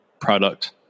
product